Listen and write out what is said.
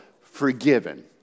forgiven